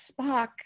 Spock